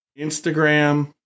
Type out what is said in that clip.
Instagram